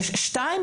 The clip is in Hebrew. ושנית,